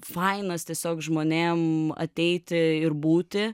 fainas tiesiog žmonėm ateiti ir būti